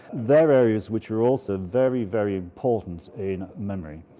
they're areas which are also very, very important in memory.